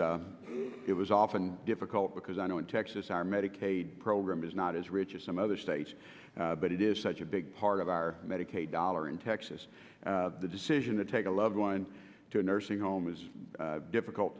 it was often difficult because i know in texas our medicaid program is not as rich as some other states but it is such a big part of our medicaid dollar in texas the decision to take a loved one to a nursing home is a difficult